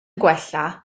gwella